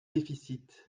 déficit